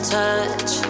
touch